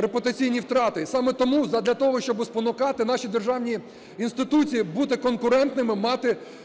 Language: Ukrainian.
репутаційні втрати. Саме тому, задля того, щоб спонукати наші державні інституції бути конкурентними, мати